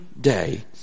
day